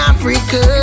Africa